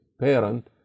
parent